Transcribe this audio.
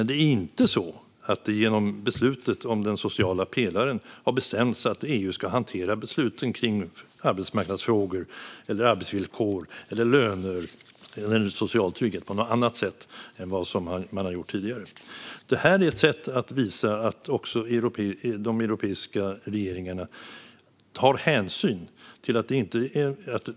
Det är inte så att det genom beslutet om den sociala pelaren har bestämts att EU ska hantera besluten om arbetsmarknadsfrågor, arbetsvillkor, löner eller social trygghet på något annat sätt än vad man har gjort tidigare. Det är ett sätt att visa att också de europeiska regeringarna tar hänsyn.